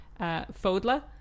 Fodla